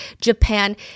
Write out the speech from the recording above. Japan